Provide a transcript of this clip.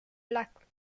black